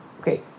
Okay